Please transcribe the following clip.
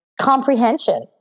comprehension